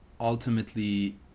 ultimately